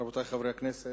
רבותי חברי הכנסת,